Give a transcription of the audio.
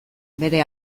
bere